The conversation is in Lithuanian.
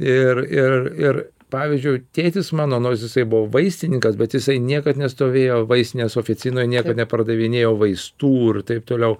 ir ir ir pavyzdžiui tėtis mano nors jisai buvo vaistininkas bet jisai niekad nestovėjo vaistinės oficinoj niekad nepardavinėjo vaistų ir taip toliau